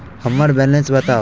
हम्मर बैलेंस बताऊ